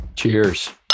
Cheers